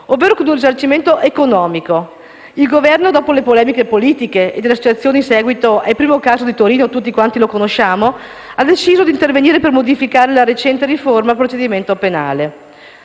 ovvero con un risarcimento economico. Il Governo, dopo le polemiche politiche e delle associazioni in seguito al primo caso a Torino, che tutti conosciamo, ha deciso di intervenire per modificare la recente riforma al procedimento penale.